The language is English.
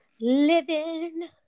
living